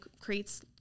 creates